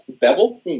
Bevel